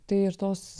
tai ir tos